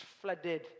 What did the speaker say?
flooded